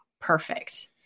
perfect